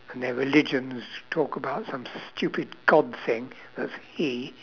and their religions talk about some stupid god thing that's he